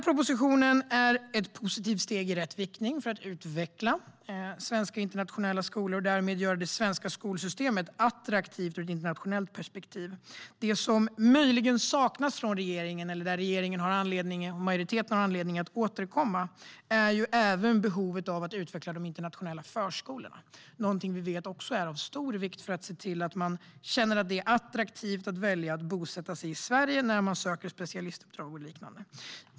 Propositionen är ett steg i rätt riktning för att utveckla svenska internationella skolor och därmed göra det svenska skolsystemet attraktivt ur ett internationellt perspektiv. Något som möjligen saknas, och där regeringen och majoriteten har anledning att återkomma, är behovet av att också utveckla de internationella förskolorna. Detta vet vi är av stor vikt för att man ska känna att det är attraktivt att bosätta sig i Sverige när man söker specialistuppdrag och liknande.